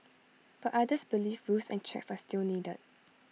but others believe rules and checks are still needed